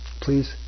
Please